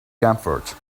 comfort